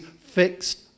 fixed